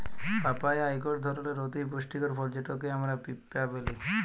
papaya ইকট ধরলের অতি পুষ্টিকর ফল যেটকে আমরা পিঁপা ব্যলি